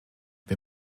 wir